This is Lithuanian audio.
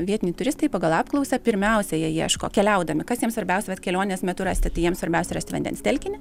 vietiniai turistai pagal apklausą pirmiausia jie ieško keliaudami kas jiems svarbiausia vat kelionės metu rasti tai jiems svarbiausia rasti vandens telkinį